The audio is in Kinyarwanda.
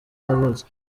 yavutse